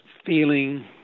feeling